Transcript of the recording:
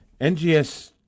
NGS